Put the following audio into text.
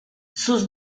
sus